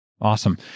Awesome